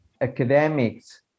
academics